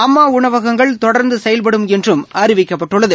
அம்மா உணவகங்கள் தொடர்ந்து செயல்படும் என்று அறிவிக்கப்பட்டுள்ளது